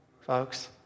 folks